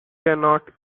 cannot